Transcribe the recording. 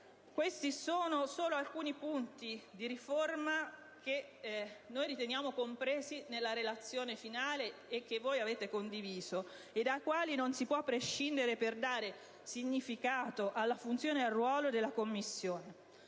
Questi sono solo alcuni punti di riforma che riteniamo compresi nella relazione finale e che avete condiviso, dai quali non si può prescindere per dare significato alla funzione e al ruolo della Commissione,